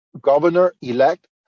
governor-elect